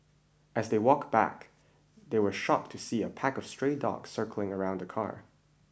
as they walk back they were shocked to see a pack of stray dogs circling around the car